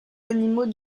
animaux